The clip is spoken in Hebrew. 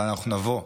אבל אנחנו נבוא.